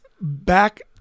back